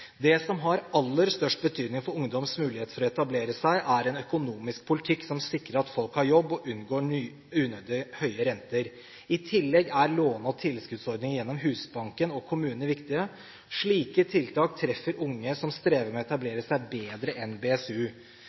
Det som har aller størst betydning for ungdoms mulighet for å etablere seg, er en økonomisk politikk som sikrer at folk har jobb og unngår unødig høye renter. I tillegg er låne- og tilskuddsordning gjennom Husbanken og kommunene viktig. Slike tiltak treffer unge som strever med å etablere seg, bedre enn BSU.